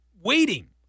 waiting